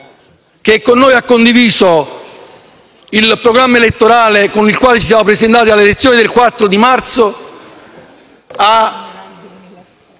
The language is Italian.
che con noi ha condiviso il programma elettorale con il quale ci siamo presentati alle elezioni del 4 marzo,